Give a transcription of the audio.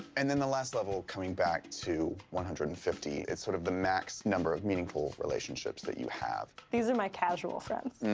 and in the last level, coming back to one hundred and fifty, it's sort of the max number of meaningful relationships that you have. these are my casual friends.